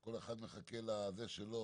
כל אחד מחכה לתחום שלו,